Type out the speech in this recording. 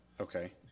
okay